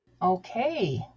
okay